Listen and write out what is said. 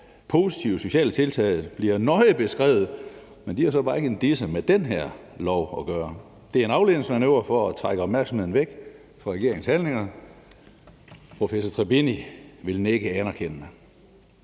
positive sociale tiltag bliver nøje beskrevet, men de har så bare ikke en disse med det her lovforslag at gøre. Det er en afledningsmanøvre for at trække opmærksomheden væk fra regeringens handlinger. Professor Tribini ville nikke anerkendende.